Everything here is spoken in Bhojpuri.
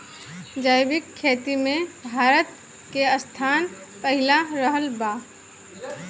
जैविक खेती मे भारत के स्थान पहिला रहल बा